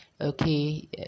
okay